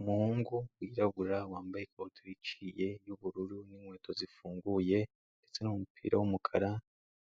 Umuhungu wirabura wambaye ikote riciye ry'ubururu n'inkweto zifunguye ndetse n'umupira w'umukara